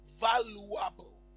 valuable